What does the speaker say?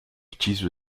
utilisent